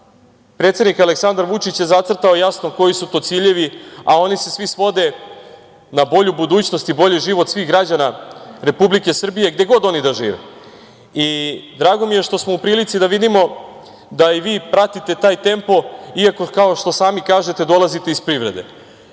predsednik Aleksandar Vučić je zacrtao jasno koji su to ciljevi, a oni se svi svode na bolju budućnost i bolji život svih građana Republike Srbije gde god da oni žive i drago mi što smo u prilici da vidimo da i vi pratite taj tempo iako, kao što sami kažete, dolazite iz privrede. Dakle,